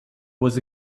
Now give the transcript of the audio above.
was